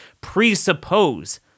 presuppose